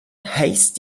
haste